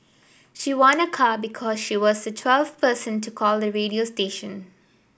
she won a car because she was the twelfth person to call the radio station